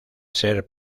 ser